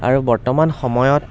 আৰু বৰ্তমান সময়ত